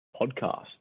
Podcast